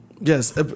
Yes